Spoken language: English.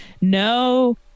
No